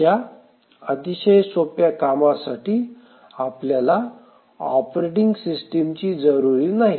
अशा अतिशय सोप्या कामासाठी आपल्याला ऑपरेटिंग सिस्टीमची जरुरी नाही